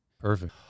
Perfect